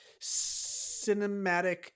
cinematic